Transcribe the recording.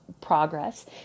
progress